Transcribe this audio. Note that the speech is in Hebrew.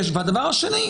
והדבר השני,